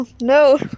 No